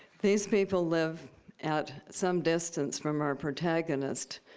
these people live at some distance from our protagonist.